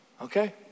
Okay